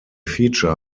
feature